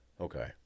okay